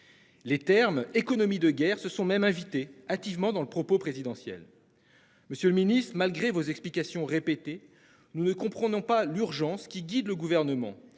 Les termes économie de guerre, ce sont même invités hâtivement dans le propos présidentiel. Monsieur le Ministre, malgré vos explications répéter. Nous ne comprenons pas l'urgence qui guide le gouvernement.